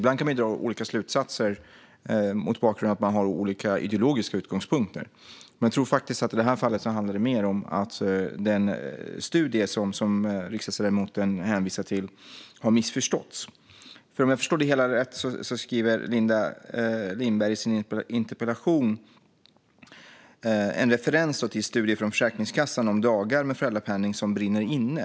Ibland kan vi dra olika slutsatser mot bakgrund av att vi har olika ideologiska utgångspunkter, men i detta fall tror jag faktiskt att det handlar mer om att den studie som riksdagsledamoten hänvisar till har missförståtts. Om jag förstår det hela rätt refererade Linda Lindberg i sin interpellation till en studie från Försäkringskassan om dagar med föräldrapenning som brinner inne.